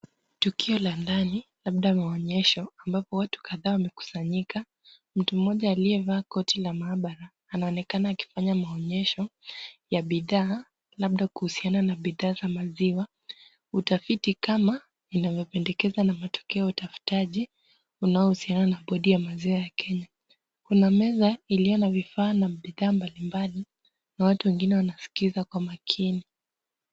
Tukio la ndani labda maonyesho ambapo watu kadha wamekusanyika, mtu mmoja aliyevaa koti la maabara anaonekana akifanya maonyesho ya bidhaa labda kuhusiana na bidhaa za maziwa, utafiti kama unavyopendekezwa na matokeo ya utafutaji unaohusiana na bodi ya maziwa ya Kenya. Kuna meza iliyo na vifaa na bidhaa mbalimbali na watu wengine wanasikiza kwa makini.